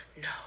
no